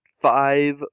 five